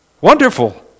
Wonderful